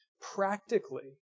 practically